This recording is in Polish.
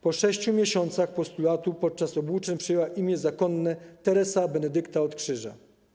Po 6 miesiącach postulatu podczas obłóczyn przyjęła imię zakonne: Teresa Benedykta od Krzyża.